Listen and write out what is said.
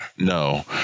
No